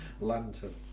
lantern